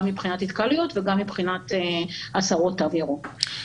גם מבחינת התקהלויות וגם מבחינת הסרות תו ירוק.